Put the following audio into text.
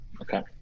Okay